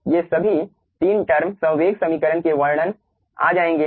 तो ये सभी 3 टर्म संवेग समीकरण के वर्णन में आ जाएंगे